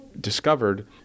discovered